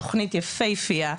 תוכנית יפיפייה,